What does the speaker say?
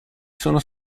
sono